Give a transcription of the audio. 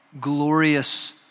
glorious